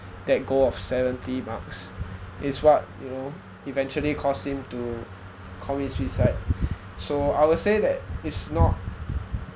that goal of seventy marks is what you know eventually caused him to commit suicide so I would say that it's not